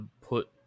put